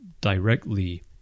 directly